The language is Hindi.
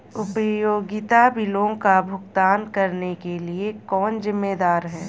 उपयोगिता बिलों का भुगतान करने के लिए कौन जिम्मेदार है?